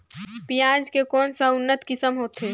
पियाज के कोन कोन सा उन्नत किसम होथे?